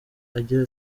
agira